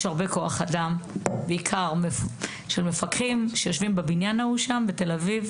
יש הרבה כוח אדם בעיקר של מפקחים שיושבים בבניין בתל-אביב,